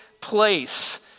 place